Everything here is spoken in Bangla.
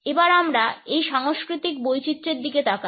এবার আমরা এই সাংস্কৃতিক বৈচিত্র্যের দিকে তাকাই